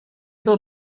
byl